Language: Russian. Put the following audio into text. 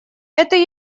это